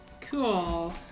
Cool